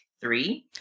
three